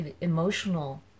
emotional